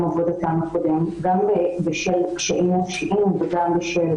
עבודתן הקודם גם בשל קשיים נפשיים וגם בשל